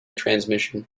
transmission